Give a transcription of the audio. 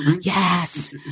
Yes